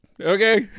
okay